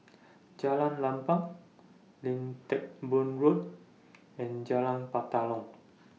Jalan Lapang Lim Teck Boo Road and Jalan Batalong